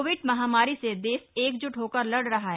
Covid महामारी से देश एकजुट होकर लड़ रहा है